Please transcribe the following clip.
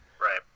Right